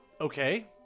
Okay